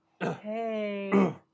Hey